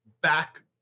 back